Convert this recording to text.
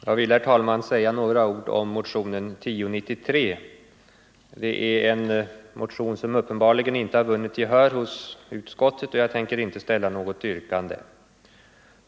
Herr talman! Jag vill säga några ord om motionen 1093. Det är en motion som uppenbarligen inte har vunnit gehör hos utskottet, och jag tänker inte ställa något yrkande.